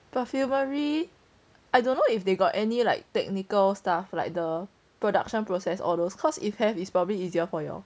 perfumery I don't know if they got any like technical stuff like the production process all those cause if have it's probably easier for you all